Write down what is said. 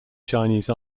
chinese